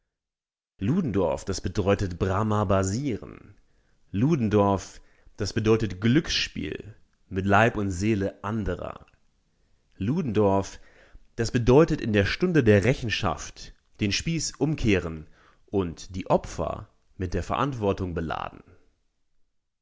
ludendorff das bedeutet bramarbasieren ludendorff das bedeutet glückspiel mit leib und seele anderer ludendorff das bedeutet in der stunde der rechenschaft den spieß umkehren und die opfer mit der verantwortung beladen